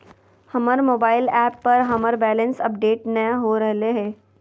हमर mobile app पर हमर बैलेंस अपडेट नय हो रहलय हें